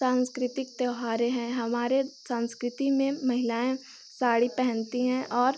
सांस्कृतिक त्यौहारें हैं हमारे संस्कृति में महिलाएँ साड़ी पहनती हैं और